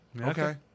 Okay